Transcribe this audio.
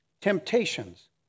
temptations